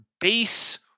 base